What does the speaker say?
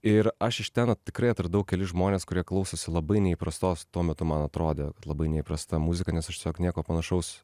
ir aš iš ten tikrai atradau kelis žmones kurie klausosi labai neįprastos tuo metu man atrodė kad labai neįprasta muzika nes aš tiesiog nieko panašaus